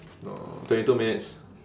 uh twenty two minutes